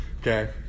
Okay